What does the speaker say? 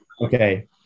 okay